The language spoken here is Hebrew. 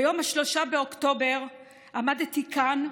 ביום 3 באוקטובר עמדתי כאן,